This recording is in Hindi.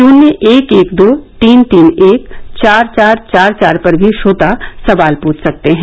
शून्य एक एक दो तीन तीन एक चार चार चार पर भी श्रोता सवाल पूछ सकते हैं